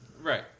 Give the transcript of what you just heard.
right